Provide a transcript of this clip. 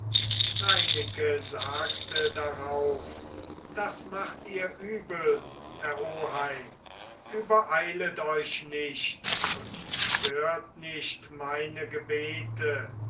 reineke sagte darauf das macht ihr übel herr oheim übereilet euch nicht und stört nicht meine gebete